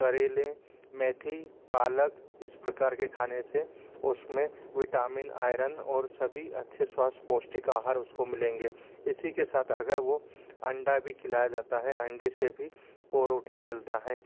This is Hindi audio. करैले मेथी पालक इस प्रकार के खाने से उस में विटामिन आयरन और सभी अच्छे स्वास्थ्य पौष्टिक आहार उसको मिलेंगे इसी के साथ अगर वो अंडा भी खिलाया जाता है अंडे से भी पोरोटीन मिलता है